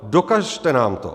Dokažte nám to!